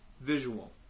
Visual